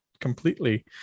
completely